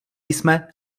jsme